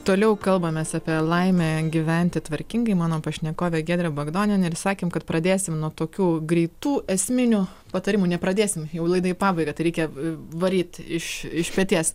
toliau kalbamės apie laimę gyventi tvarkingai mano pašnekovė giedrė bagdonienė ir sakėm kad pradėsim nuo tokių greitų esminių patarimų nepradėsim jau laida į pabaigą tai reikia varyt iš iš peties